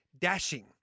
Dashing